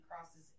crosses